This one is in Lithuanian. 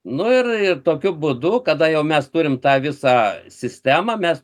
nu ir ir tokiu būdu kada jau mes turim tą visą sistemą mes